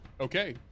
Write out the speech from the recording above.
Okay